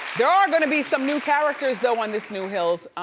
there are gonna be some new characters though on this new hills.